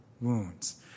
wounds